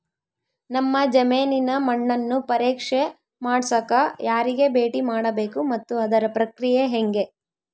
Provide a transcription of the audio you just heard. ನಮ್ಮ ಜಮೇನಿನ ಮಣ್ಣನ್ನು ಪರೇಕ್ಷೆ ಮಾಡ್ಸಕ ಯಾರಿಗೆ ಭೇಟಿ ಮಾಡಬೇಕು ಮತ್ತು ಅದರ ಪ್ರಕ್ರಿಯೆ ಹೆಂಗೆ?